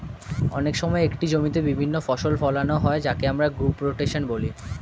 অনেক সময় একটি জমিতে বিভিন্ন ফসল ফোলানো হয় যাকে আমরা ক্রপ রোটেশন বলি